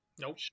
Nope